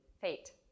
Fate